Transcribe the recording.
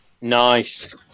Nice